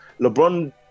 LeBron